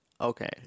Okay